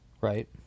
Right